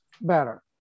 better